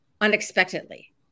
unexpectedly